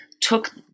took